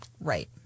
Right